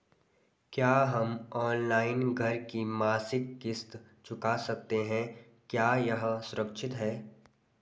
क्या हम ऑनलाइन घर की मासिक किश्त चुका सकते हैं क्या यह सुरक्षित है?